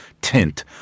tint